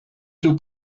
sus